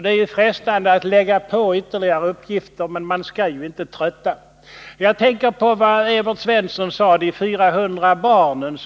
Det är frestande att lägga till ytterligare uppgifter, men man skall ju inte trötta. Jag tänker på vad Evert Svensson sade om de 400 barnen